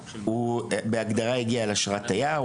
הוא בהגדרה הגיע על אשרת תייר.